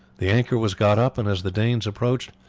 the anchor was got up, and as the danes approached,